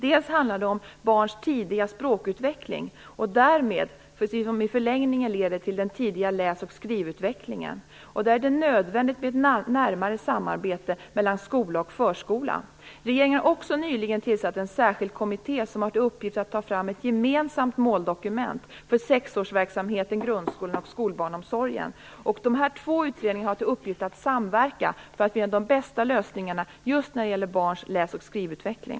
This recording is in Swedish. Dels handlar det om barns tidiga språkutveckling, som i förlängningen leder till den tidiga läs och skrivutvecklingen. Där är det nödvändigt med ett närmare samarbete mellan skola och förskola. Regeringen har också nyligen tillsatt en särskild kommitté som har till uppgift att ta fram ett gemensamt måldokument för sexårsverksamheten, grundskolan och skolbarnomsorgen. Dessa två utredningar har till uppgift att samverka för att ge de bästa lösningarna just när det gäller barns läs och skrivutveckling.